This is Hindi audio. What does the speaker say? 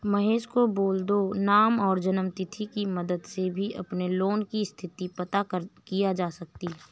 महेश को बोल दो नाम और जन्म तिथि की मदद से भी अपने लोन की स्थति पता की जा सकती है